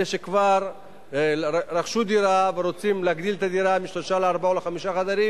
אלה שכבר רכשו דירה ורוצים להגדיל את הדירה משלושה לארבעה וחצי חדרים.